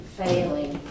failing